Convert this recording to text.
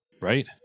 Right